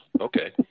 Okay